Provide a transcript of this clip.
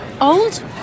Old